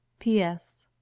p s.